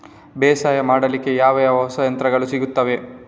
ಬೇಸಾಯ ಮಾಡಲಿಕ್ಕೆ ಯಾವ ಯಾವ ಹೊಸ ಯಂತ್ರಗಳು ಸಿಗುತ್ತವೆ?